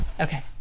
Okay